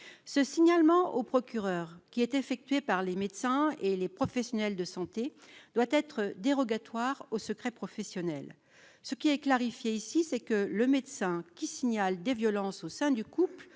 ce signalement au procureur, qui étaient effectués par les médecins et les professionnels de santé doit être dérogatoire au secret professionnel, ce qui est clarifié ici, c'est que le médecin qui signalent des violences au sein du couple